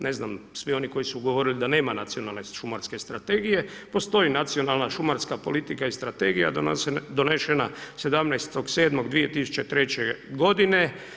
Ne znam, svi oni koji su govorili da nema nacionalne šumarske strategije, postoji nacionalna šumarska politika i strategija, donešena je 17.07.2003. godine.